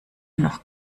noch